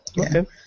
Okay